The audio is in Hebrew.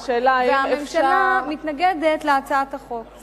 והממשלה מתנגדת להצעת החוק,